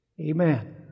Amen